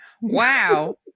Wow